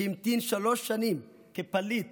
שהמתין שלוש שנים כפליט